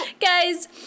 guys